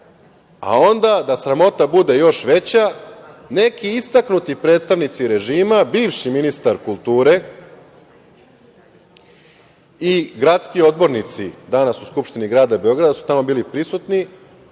a onda da sramota bude još veća, neki istaknuti predstavnici režima, bivši ministar kulture i gradski odbornici danas u Skupštini grada Beograda su tamo bili prisutni,